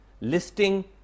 listing